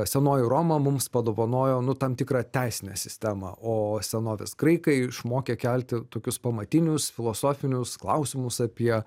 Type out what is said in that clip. senoji roma mums padovanojo nu tam tikrą teisinę sistemą o senovės graikai išmokė kelti tokius pamatinius filosofinius klausimus apie